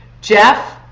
Jeff